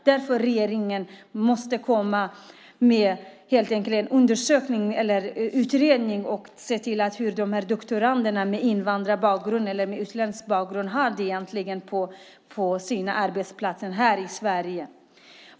Därför måste regeringen tillsätta en utredning för att ta reda på hur doktorander med utländsk bakgrund egentligen har det på sina arbetsplatser här i Sverige.